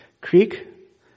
creek